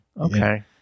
Okay